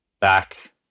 back